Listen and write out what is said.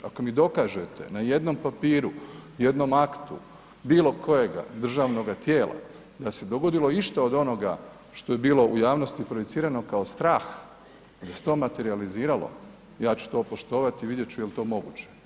Ako mi dokažete na jednom papiru, jednom aktu bilo kojega državnoga tijela, da se dogodilo išto od onoga što je bilo u javnosti projicirano kao strah da se to materijaliziralo, ja ću to poštovati i vidjet ću je li to moguće.